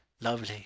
lovely